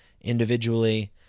individually